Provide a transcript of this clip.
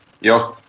Ja